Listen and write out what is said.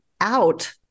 out